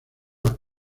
las